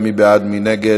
אם הבעת נכונות,